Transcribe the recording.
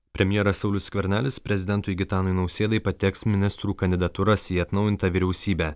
premjeras saulius skvernelis prezidentui gitanui nausėdai pateiks ministrų kandidatūras į atnaujintą vyriausybę